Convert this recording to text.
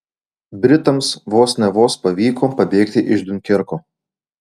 britams vos ne vos pavyko pabėgti iš diunkerko